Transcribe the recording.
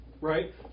Right